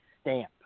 stamp